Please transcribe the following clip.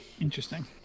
Interesting